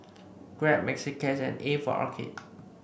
Grab Maxi Cash and A for Arcade